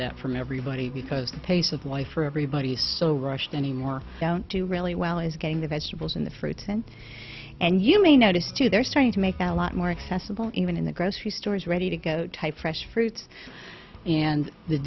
that from everybody because the pace of life for everybody is so rushed anymore down to really well is getting the vegetables in the fruit and you may notice too there's trying to make a lot more accessible even in the grocery stores ready to go type fresh fruits and the